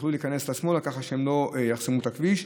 שיוכלו להיכנס שמאלה, ככה שהם לא יחסמו את הכביש,